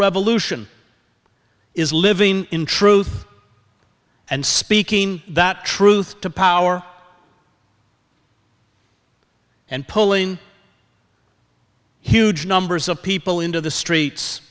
revolution is living in truth and speaking that truth to power and pulling huge numbers of people into the streets